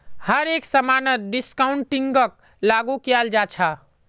हर एक समानत डिस्काउंटिंगक लागू कियाल जा छ